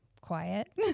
Quiet